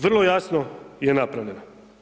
Vrlo jasno je napravljena.